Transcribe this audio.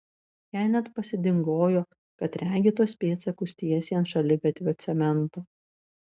jai net pasidingojo kad regi tuos pėdsakus tiesiai ant šaligatvio cemento